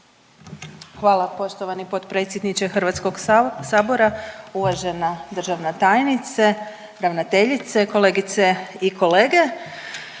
Hvala poštovani potpredsjedniče Hrvatskog sabora, uvažena državna tajnice, ravnateljice, kolegice i kolege.